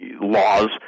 laws